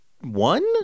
One